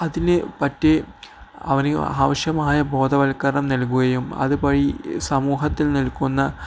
അതിന് പറ്റിയ അവന് ആവശ്യമായ ബോധവൽക്കരണം നൽകുകയും അതുവഴി സമൂഹത്തിൽ നിൽക്കുന്ന